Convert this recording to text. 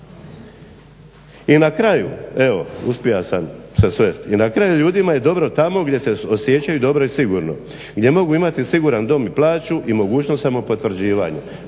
I na kraju, evo uspio sam se svest, i na kraju ljudima je dobro tamo gdje se osjećaju dobro i sigurno, gdje mogu imati siguran dom i plaću i mogućnost samopotvrđivanja.